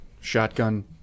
Shotgun